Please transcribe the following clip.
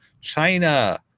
China